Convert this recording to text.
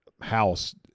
house